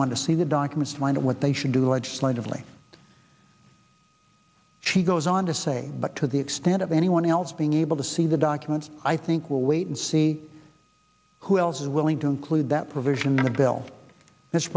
want to see the documents find out what they should do legislatively she goes on to say but to the extent of anyone else being able to see the documents i think we'll wait and see who else is willing to include that provision in the bill that's